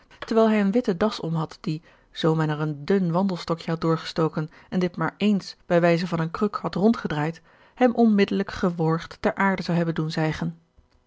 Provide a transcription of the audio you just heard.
terwijl hij een witten das om had die zoo men er een dun wandelstokje had doorgestoken en dit maar ééns bij wijze van eene kruk had rondgedraaid hem onmiddellijk geworgd ter aarde zou hebben doen zijgen